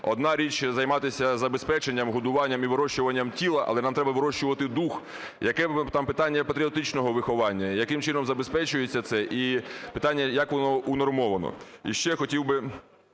одна річ - займатися забезпеченням, годуванням і вирощуванням тіла, але нам треба вирощувати дух. Яке там питання патріотичного виховання, яким чином забезпечуєтеся це, і питання, як воно унормовано?